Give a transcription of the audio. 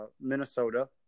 Minnesota